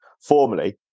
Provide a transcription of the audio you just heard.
formally